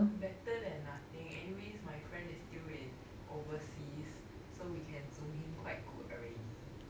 better than nothing anyways my friend is still in overseas so we can zoom hang quite good already